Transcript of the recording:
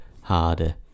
harder